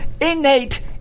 innate